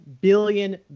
billion